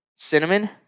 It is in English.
cinnamon